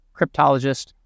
cryptologist